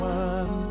one